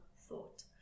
thought